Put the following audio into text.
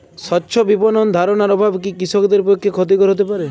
স্বচ্ছ বিপণন ধারণার অভাব কি কৃষকদের পক্ষে ক্ষতিকর হতে পারে?